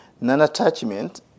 non-attachment